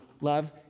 love